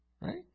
Right